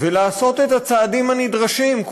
ולעשות את הצעדים הנדרשים,